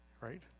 Right